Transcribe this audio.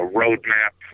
roadmap